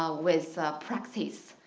ah with practice.